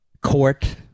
court